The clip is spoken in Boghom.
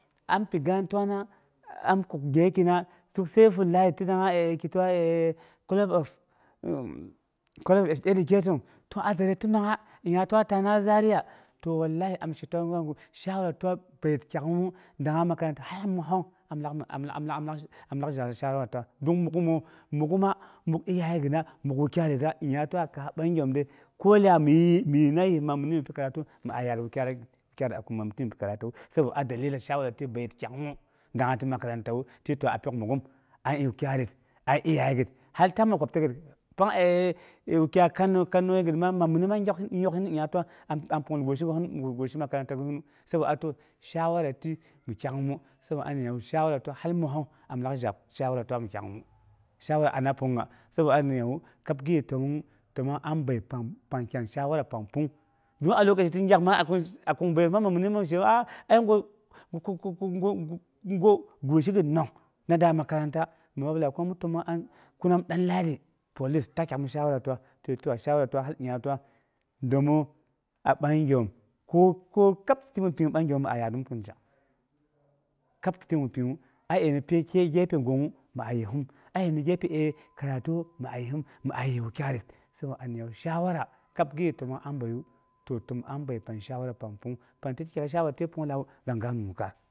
Am pi gaan tuana, am kuk gyekina. Ti sibullahi tinang college of college of educaiton to zare ti nongnga, nya tiwa twana zaria, to walahi, am she tang mangu shawara tiwo bri kyak'umu, dangnga makaranta am lak am lak zhal mi tuwo dangnga makaranta har məssong am lak zhal mi shawawa tiwa don muk'umal, muk'uma, muk’ wukyaiyetra muk iyayegətra, nyingnya ti a kaas bagyomg dei ke da dami yis maguna mipi karantuwu, mi a yar wukyaiyət akin məiguna mi pi karantuwu sabo dalili shawar ti bəiye kyang'umu dangnga ti makaranta daye pyoak muk'um aye wukyai yet aye iyanyege har tang makwabtaget tang eii wukyai kanoyigət məi minu yoksɨn nyingya pang am am am pung'ugul guisi makaranta gosina sabo mi shawarati miti mi kyang'umui sabo am nyungoye wu am ma'ssong am lak zhal tiwa mi tak'umu. Shawara anna pungnungnga sabo an ninawu kab gira təmong am bei kang kyang shawara. Pang pungng don a lokaci ti gyak ma akin bəiytna mɨnu mɨn zhewk a a əii gwa guisigətna. Mi da makaranta, mi mab lagai ko amna təmongnga kunam ɗanladi police ta tak'um shawara tuwa tuwa domu a bogyom ko ko kab kigu mi piwu. A aye ni gefe gungngu maa yisim aye ni gye karatu ma yissim, maa yis wakyaiyət. Sabo abi mi shawara kab giye təmong an biwu, tem am bi pang shawara pang pangnung. Pang tiwu ta da shawara pang punglag'aiya kang ga